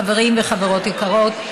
חברים וחברות יקרות,